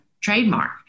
trademark